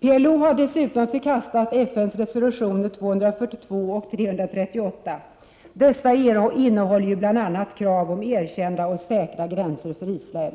PLO har dessutom förkastat FN:s resolutioner nr 242 och 338. Dessa innehåller bl.a. krav om erkända och säkra gränser för Israel.